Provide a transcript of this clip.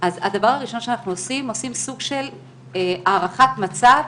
אז הדבר הראשון שאנחנו עושים הוא סוג של הערכת מצב,